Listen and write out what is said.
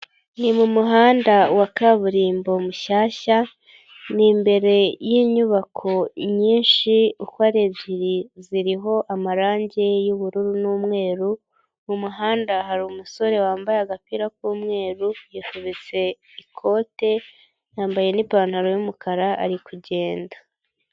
Ni mu muhanda wa kaburimbo mushyashya, ni imbere y'inyubako nyinshi uko ari ebyiri ziriho amarangi y'ubururu n'umweru, mu muhanda hari umusore wambaye agapira k'umweru yafubitse ikote yambaye n'ipantaro y'umukara ari kugenda.